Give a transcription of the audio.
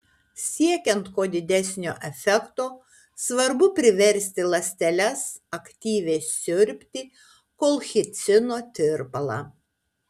siekiant kuo didesnio efekto svarbu priversti ląsteles aktyviai siurbti kolchicino tirpalą